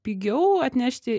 pigiau atnešti